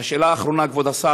והשאלה האחרונה, כבוד השר,